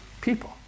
People